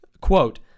quote